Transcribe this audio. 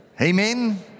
Amen